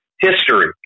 history